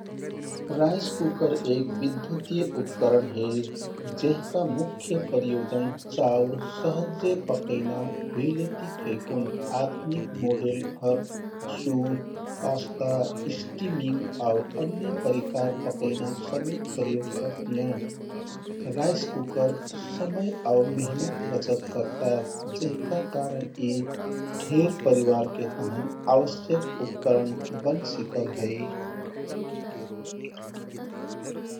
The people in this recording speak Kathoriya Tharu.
Rice cooker एक विद्युतिय उपकरण हे। जेहकजा मुख्य प्रयोजन चाउर सहज्जे पकैना हुइलेति फेकुन आधुनिक मोडेल भर सूप, पास्ता, स्टिमिंग आउ अन्य परिकार पकैना समेत प्रयोग करतियाँ। राइस कुकर समय आउ मेहनत बचत करता, जेहका कारण यी ढेर परिवारके तहन आवश्यक उपकरण बनसिकल है।